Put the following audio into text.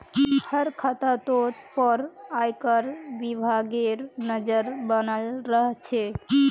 हर खातातोत पर आयकर विभागेर नज़र बनाल रह छे